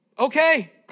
Okay